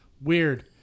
weird